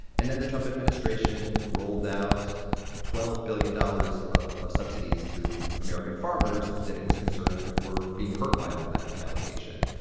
and then the trump administration rolled out twelve billion dollars of of subsidies to american farmers that it was concerned were being hurt by all that retaliation.